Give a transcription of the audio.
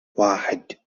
واحد